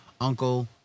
uncle